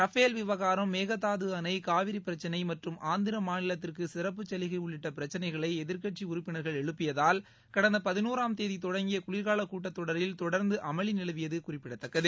Rafale விவகாரம் மேகதாது அணை காவிரி பிரக்னை மற்றும் ஆந்திர மாநிலத்திற்கு சிறப்பு சலுகை உள்ளிட்ட பிரச்னைகளை எதிர்க்கட்சி உறுப்பினர்கள் எழுப்பியதால் கடந்த பதினோராம் தேதி தொடங்கிய குளிர்காலக் கூட்டத்தொடரில் தொடர்ந்து அமளி நிலவியது குறிப்பிடத்தக்கது